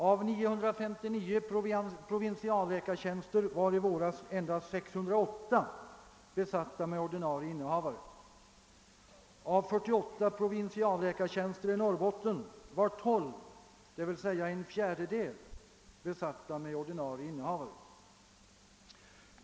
Av 959 provinsialläkartjänster var i våras endast 608 besatta med ordinarie innehavare. Av 48 provinsialläkartjänster i Norrbotten var 12, d.v.s. en fjärdedel, besatta med ordinarie innehavare.